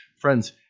Friends